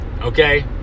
okay